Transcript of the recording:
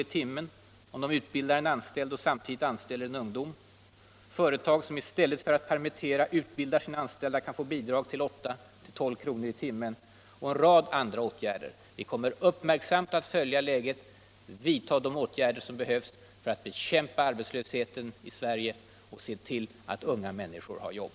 i timmen om de utbildar en anställd och samtidigt anställer en ungdom, företag som i stället för att permittera utbildar sina anställda kan få bidrag med upp till mellan 8 och 12 kr. i timmen, plus en rad andra åtgärder. Vi kommer att följa läget uppmärksamt och vidta de åtgärder som behövs för att bekämpa arbetslöshet i landet och se till att unga människor har jobb.